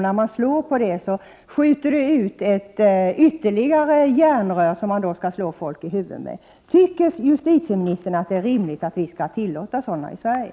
När man slår på detta järnrör skjuter det ut ett ytterligare järnrör som man skall slå folk i huvudet med. Anser justitieministern att det är rimligt att sådana skall vara tillåtna i Sverige?